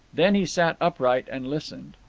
then he sat upright, and listened.